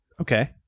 Okay